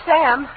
Sam